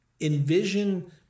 envision